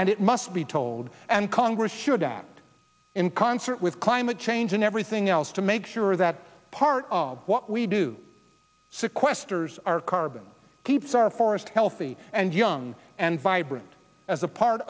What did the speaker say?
and it must be told and congress should act in concert with climate change and everything else to make sure that part of what we do sequesters our carbon keeps our forest healthy and young and vibrant as a part